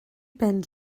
ben